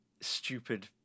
stupid